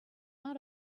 out